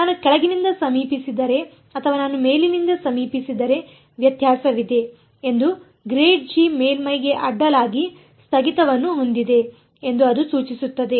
ನಾನು ಕೆಳಗಿನಿಂದ ಸಮೀಪಿಸಿದರೆ ಅಥವಾ ನಾನು ಮೇಲಿನಿಂದ ಸಮೀಪಿಸಿದರೆ ವ್ಯತ್ಯಾಸವಿದೆ ಎಂದು ಮೇಲ್ಮೈಗೆ ಅಡ್ಡಲಾಗಿ ಸ್ಥಗಿತವನ್ನು ಹೊಂದಿದೆ ಎಂದು ಅದು ಸೂಚಿಸುತ್ತದೆ